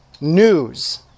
news